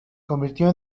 convirtió